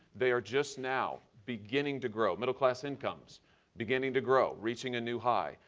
they are just now beginning to grow. middle class income so beginning to grow, reaching a new high,